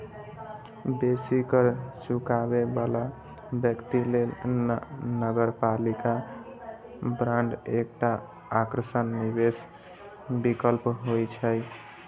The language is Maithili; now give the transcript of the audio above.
बेसी कर चुकाबै बला व्यक्ति लेल नगरपालिका बांड एकटा आकर्षक निवेश विकल्प होइ छै